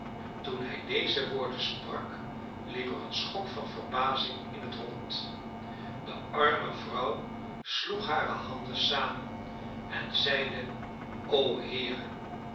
toen hij deze woorden sprak liep er een schok van verbazing in het rond de arme vrouw sloeg hare handen samen en zeide o heere